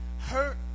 hurt